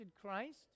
Christ